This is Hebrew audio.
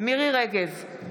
מירי מרים רגב,